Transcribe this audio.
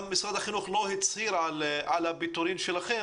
גם משרד החינוך לא הצהיר על הפיטורים שלכם